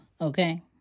Okay